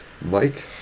Mike